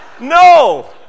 No